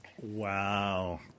wow